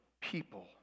people